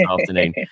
afternoon